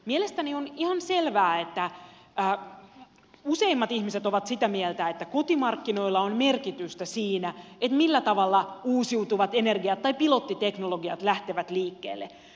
mielestäni on ihan selvää että useimmat ihmiset ovat sitä mieltä että kotimarkkinoilla on merkitystä siinä millä tavalla uusiutuvat energiat tai pilottiteknologiat lähtevät liikkeelle